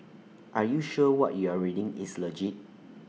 are you sure what you're reading is legit